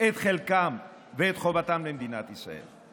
את חלקם ואת חובתם למדינת ישראל.